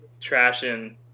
trashing